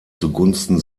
zugunsten